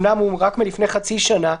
אומנם הוא רק מלפני חצי שנה,